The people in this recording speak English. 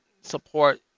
support